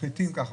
מחליטים ככה: